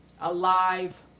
alive